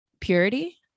purity